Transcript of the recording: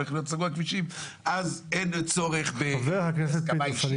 הולכים לסגור כבישים," אז אין צורך בהסכמה אישית.